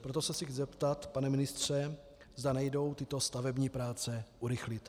Proto se chci zeptat, pane ministře, zda nejdou tyto stavební práce urychlit.